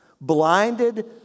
Blinded